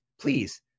please